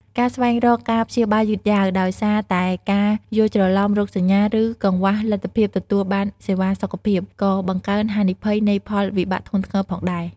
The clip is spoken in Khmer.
ការស្វែងរកការព្យាបាលយឺតយ៉ាវ ដោយសារតែការយល់ច្រឡំរោគសញ្ញា ឬកង្វះលទ្ធភាពទទួលបានសេវាសុខភាព ក៏បង្កើនហានិភ័យនៃផលវិបាកធ្ងន់ធ្ងរផងដែរ។